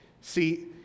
See